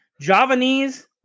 Javanese